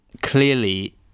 clearly